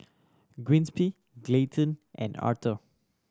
Giuseppe Clayton and Arthor